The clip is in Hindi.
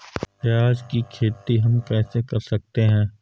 प्याज की खेती हम कैसे कर सकते हैं?